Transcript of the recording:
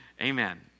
Amen